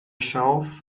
shelf